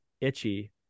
itchy